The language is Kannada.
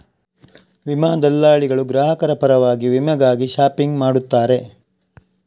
ವಿಮಾ ದಲ್ಲಾಳಿಗಳು ಗ್ರಾಹಕರ ಪರವಾಗಿ ವಿಮೆಗಾಗಿ ಶಾಪಿಂಗ್ ಮಾಡುತ್ತಾರೆ